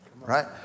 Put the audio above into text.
right